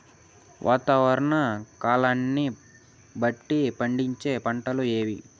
వాతావరణ కాలాన్ని బట్టి పండించే పంటలు ఏవి?